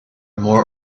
more